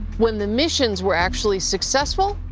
when the missions were actually successful,